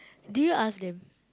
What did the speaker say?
did you ask them